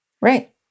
Right